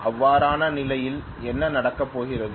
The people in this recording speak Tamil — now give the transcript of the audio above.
அவ்வாறான நிலையில் என்ன நடக்கப் போகிறது